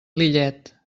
lillet